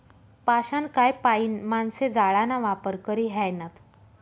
पाषाणकाय पाईन माणशे जाळाना वापर करी ह्रायनात